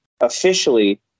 officially